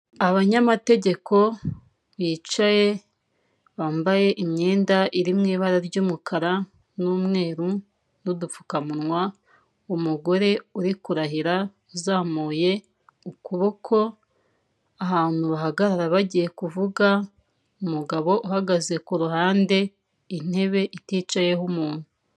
Abanyamategeko bicaye bambaye imyenda iri mu ibara ry'umukara n'umweru n'udupfukamunwa, umugore uri kurahira uzamuye ukuboko, ahantu bahagarara bagiye kuvuga, umugabo uhagaze ku ruhande intebe iticayeho umuntu.